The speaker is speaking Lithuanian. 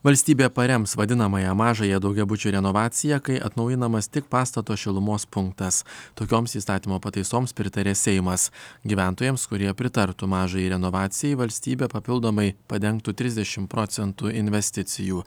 valstybė parems vadinamąją mažąją daugiabučių renovaciją kai atnaujinamas tik pastato šilumos punktas tokioms įstatymo pataisoms pritarė seimas gyventojams kurie pritartų mažajai renovacijai valstybė papildomai padengtų trisdešim procentų investicijų